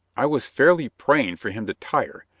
i was fairly praying for him to tire,